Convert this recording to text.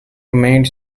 remained